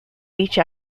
each